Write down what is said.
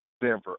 Denver